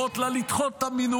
להורות לה לדחות את המינוי,